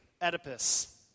Oedipus